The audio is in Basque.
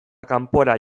kanpora